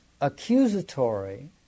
Accusatory